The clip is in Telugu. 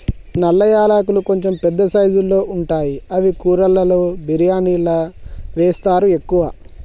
నల్ల యాలకులు కొంచెం పెద్ద సైజుల్లో ఉంటాయి అవి కూరలలో బిర్యానిలా వేస్తరు ఎక్కువ